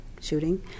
shooting